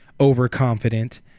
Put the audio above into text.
overconfident